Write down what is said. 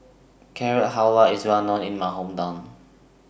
Carrot Halwa IS Well known in My Hometown